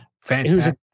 Fantastic